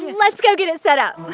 lets go get it set up!